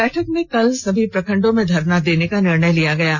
बैठक में कल सभी प्रखंडों में धरना देने का निर्णय लिया गया है